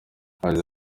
yagize